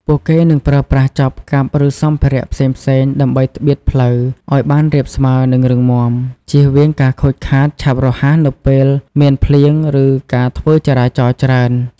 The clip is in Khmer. ពួកគេនឹងប្រើប្រាស់ចបកាប់ ឬសម្ភារៈផ្សេងៗដើម្បីត្បៀតផ្លូវឲ្យបានរាបស្មើ និងរឹងមាំ ជៀសវាងការខូចខាតឆាប់រហ័សនៅពេលមានភ្លៀង ឬការធ្វើចរាចរណ៍ច្រើន។